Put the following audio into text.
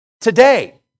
today